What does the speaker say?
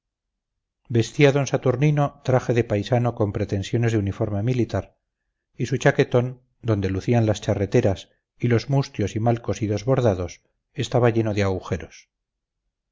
vestía d saturnino traje de paisano con pretensiones de uniforme militar y su chaquetón donde lucían las charreteras y los mustios y mal cosidos bordados estaba lleno de agujeros